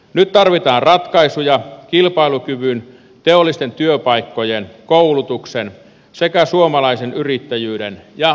nyt tarvitaan ratkaisuja kilpailukyvyn teollisten työpaikkojen koulutuksen sekä suomalaisen yrittäjyyden ja omistajuuden puolesta